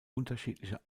unterschiedliche